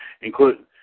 Including